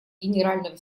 генерального